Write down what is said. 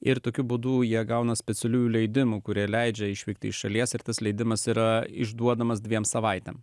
ir tokiu būdu jie gauna specialiųjų leidimų kurie leidžia išvykti iš šalies ir tas leidimas yra išduodamas dviem savaitėm